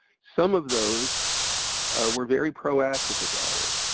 some of those were very proactive about it.